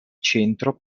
centro